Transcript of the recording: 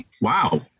wow